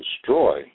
destroy